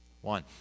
One